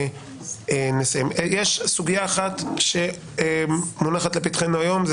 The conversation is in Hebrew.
יש סוגייה אחת שמונחת לפתחנו היום וזו